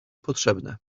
potrzebne